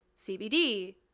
CBD